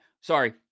Sorry